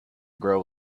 grow